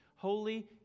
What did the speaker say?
Holy